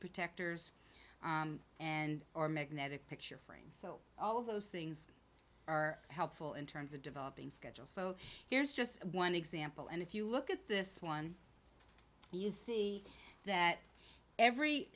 protectors and or magnetic picture frame so all of those things are helpful in terms of developing schedule so here's just one example and if you look at this one you see that every